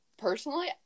Personally